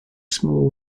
small